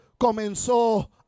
comenzó